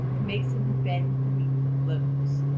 and makes him bend beneath the blows.